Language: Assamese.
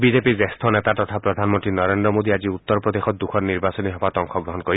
বিজেপিৰ জ্যেষ্ঠ নেতা তথা প্ৰধানমন্ত্ৰী নৰেন্দ্ৰ মোডীয়ে আজি উত্তৰ প্ৰদেশত দুখন নিৰ্বাচনী সভাত অংশগ্ৰহণ কৰিব